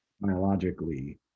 biologically